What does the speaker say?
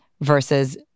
Versus